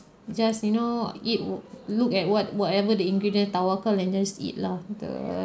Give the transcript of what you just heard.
just you know it would look at what whatever the ingredients tawakkul and just eat lah the